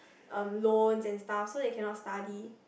um loans and stuff so they cannot study